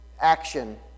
action